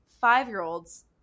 five-year-old's